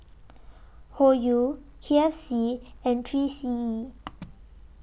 Hoyu K F C and three C E